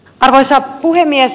arvoisa puhemies